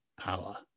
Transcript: power